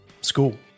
school